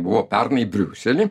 buvo pernai briusely